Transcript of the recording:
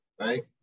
right